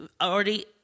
already